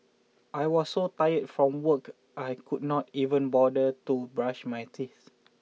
I was so tired from work I could not even bother to brush my teeth